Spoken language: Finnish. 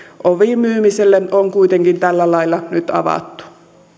ovi myymiselle on kuitenkin tällä lailla nyt avattu